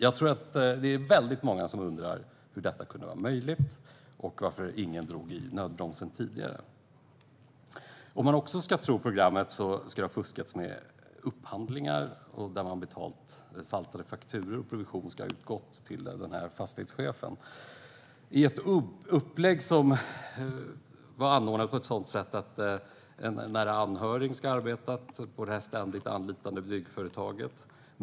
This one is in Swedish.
Jag tror att det är väldigt många som undrar hur detta kunde vara möjligt och varför ingen drog i nödbromsen tidigare. Om man ska tro programmet ska det också ha fuskats med upphandlingar, där man har betalat saltade fakturor och att provision ska ha utgått till fastighetschefen i ett upplägg som var anordnat på ett sådant sätt att en nära anhörig ska ha arbetat på det ständigt anlitade byggföretaget.